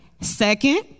Second